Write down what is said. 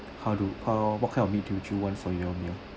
how do err what kind of meat do you want for your meal